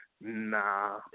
Nah